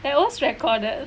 that was recorded